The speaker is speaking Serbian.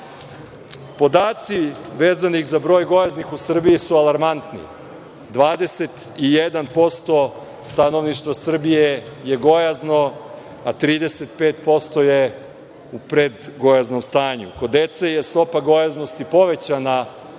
godine. Podaci vezani za broj gojaznih u Srbiji su alarmantni, 21% stanovništva Srbije je gojazno, a 35% je u predgojaznom stanju. Kod dece je stopa gojaznosti povećana